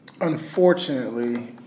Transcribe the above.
unfortunately